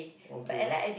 okay